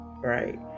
right